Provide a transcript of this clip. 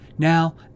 Now